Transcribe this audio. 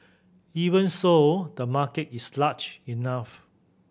even so the market is large enough